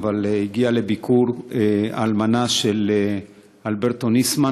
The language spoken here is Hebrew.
אבל הגיעה לביקור האלמנה של אלברטו ניסמן,